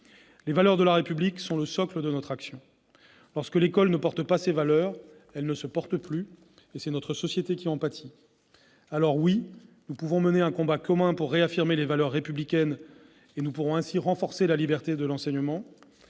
Les valeurs de la République sont le socle de notre action. Lorsque l'école ne porte pas ces valeurs, elle ne se porte plus, et c'est notre société qui en pâtit. Oui, c'est en menant un combat commun pour réaffirmer les valeurs républicaines que nous pourrons renforcer la liberté de l'enseignement.